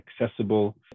accessible